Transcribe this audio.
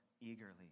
eagerly